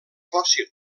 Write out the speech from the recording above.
fòssil